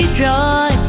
joy